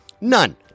None